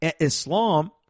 Islam